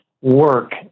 work